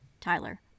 Tyler